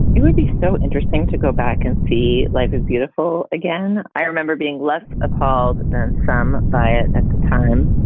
it would be so interesting to go back and see. life is beautiful again i remember being left appalled some by it at the time,